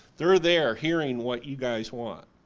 they're there hearing what you guys want.